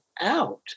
out